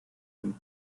him